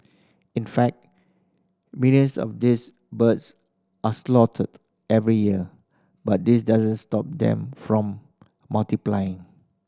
in fact millions of these birds are slaughtered every year but this doesn't stop them from multiplying